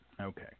Okay